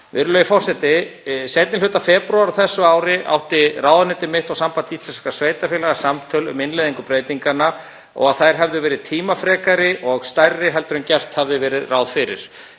forseti. Seinni hluta febrúar á þessu ári átti ráðuneyti mitt og Samband íslenskra sveitarfélaga samtöl um innleiðingu breytinganna og að þær hefðu verið tímafrekari og stærri heldur en gert hafði verið ráð fyrir.